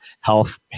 health